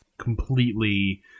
completely